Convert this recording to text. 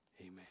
Amen